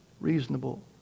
Reasonable